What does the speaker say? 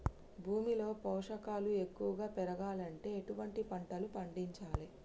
భూమిలో పోషకాలు ఎక్కువగా పెరగాలంటే ఎటువంటి పంటలు పండించాలే?